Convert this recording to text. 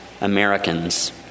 Americans